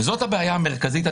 וזאת הבעיה המרכזית.